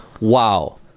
Wow